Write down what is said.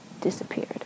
disappeared